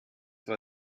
war